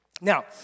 Now